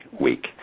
week